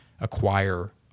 acquire